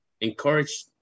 encourage